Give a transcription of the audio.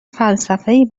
فلسفهای